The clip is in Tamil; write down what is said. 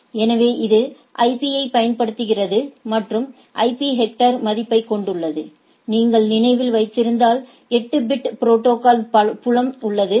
எனவே இது ஐபியைப் பயன்படுத்துகிறது மற்றும் ஐபி ஹெட்டா் மதிப்பைக் கொண்டுள்ளது நீங்கள் நினைவில் வைத்திருந்தால் 8 பிட் புரோட்டோகால் புலம் உள்ளது